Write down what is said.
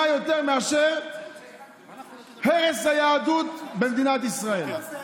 יותר מאשר הרס היהדות במדינת ישראל.